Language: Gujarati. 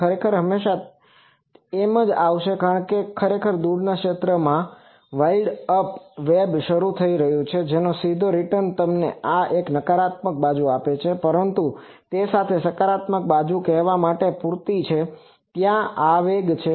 ખરેખર તે હંમેશા એમજ આવશે કારણ કે ખરેખર દૂરના ક્ષેત્રમાં વાઇલ્ડ અપ વેબ શરૂ થઈ રહ્યું છે કે જેનો સીધો રીટર્ન તમને આ એક નકારાત્મક બાજુ આપે છે પરંતુ તેની સાથે આ સકારાત્મક બાજુ એ કહેવા માટે પૂરતી છે કે ત્યાં કોઈ આવેગ છે